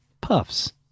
Puffs